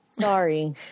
Sorry